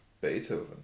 Beethoven